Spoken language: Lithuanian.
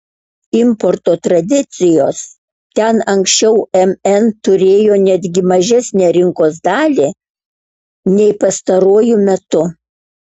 importo tradicijos ten anksčiau mn turėjo netgi mažesnę rinkos dalį nei pastaruoju metu